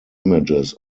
images